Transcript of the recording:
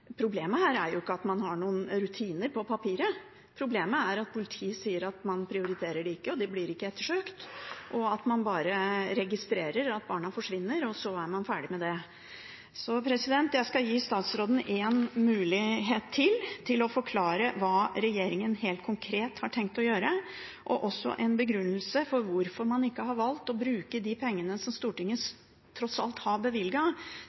Problemet her er jo ikke at man ikke har noen rutiner på papiret. Problemet er at politiet sier at man prioriterer det ikke, og de blir ikke ettersøkt. Man bare registrerer at barna forsvinner, og så er man ferdig med det. Jeg skal gi statsråden en mulighet til til å forklare hva regjeringen helt konkret har tenkt å gjøre, og også til å gi en begrunnelse for hvorfor man ikke har valgt å bruke de pengene som Stortinget tross alt har